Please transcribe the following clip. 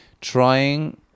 trying